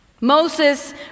Moses